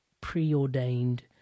preordained